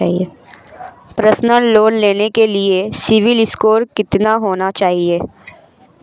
Personal loan लेने के लिए सिबिल स्कोर कितना होना चाहिए?